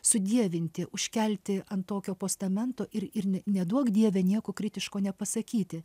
sudievinti užkelti ant tokio postamento ir ir neduok dieve nieko kritiško nepasakyti